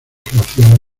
creaciones